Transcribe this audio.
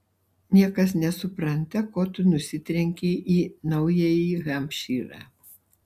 niekas nesupranta ko tu nusitrenkei į naująjį hampšyrą